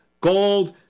gold